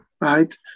right